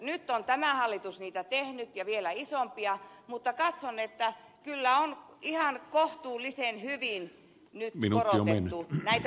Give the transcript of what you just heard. nyt on tämä hallitus niitä tehnyt ja vielä isompia mutta katson että kyllä on ihan kohtuullisen hyvin nyt korotettu näitä pienimpiä päivärahoja